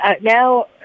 now